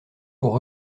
pour